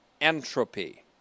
entropy